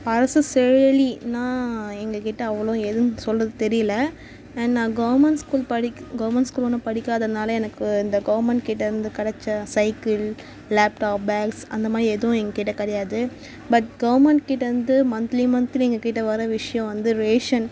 அரசு செயலின்னா எங்கக்கிட்டே அவ்வளோ எதுவும் சொல்கிறதுக்கு தெரியல அண்ட் நான் கவுர்மெண்ட் ஸ்கூல் படிக்க கவுர்மெண்ட் ஸ்கூல் ஒன்றும் படிக்காததனால எனக்கு இந்த கவுர்மெண்ட் கிட்டே இருந்து கெடைச்ச சைக்கிள் லேப்டாப் பேக்ஸ் அந்தமாதிரி எதுவும் எங்கக்கிட்டே கிடையாது பட் கவுர்மெண்ட் கிட்டே இருந்து மந்த்லி மந்த்லி எங்கக்கிட்டே வர விஷயம் வந்து ரேஷன்